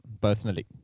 personally